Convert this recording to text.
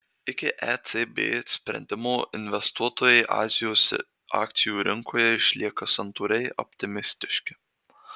iki ecb sprendimo investuotojai azijos akcijų rinkoje išlieka santūriai optimistiški